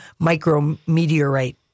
micrometeorite